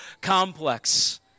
complex